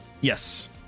yes